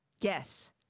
Yes